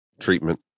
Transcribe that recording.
treatment